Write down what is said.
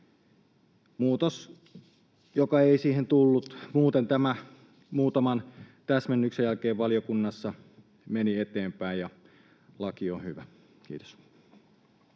muutos, jota ei siihen tullut, ja muuten tämä muutaman täsmennyksen jälkeen valiokunnassa meni eteenpäin, ja laki on hyvä. — Kiitos.